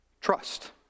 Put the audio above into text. trust